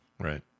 Right